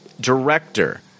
director